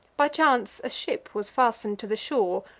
by chance a ship was fasten'd to the shore,